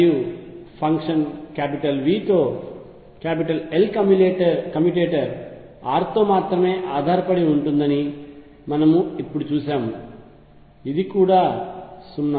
మరియు function V తో L commutator r తో మాత్రమే ఆధారపడి ఉంటుందని మనము ఇప్పుడు చూశాము అది కూడా 0